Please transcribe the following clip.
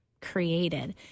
created